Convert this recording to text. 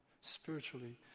spiritually